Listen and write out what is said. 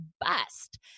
bust